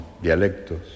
dialectos